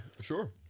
sure